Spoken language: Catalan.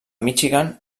michigan